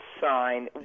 sign